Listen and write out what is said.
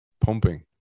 pumping